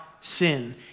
sin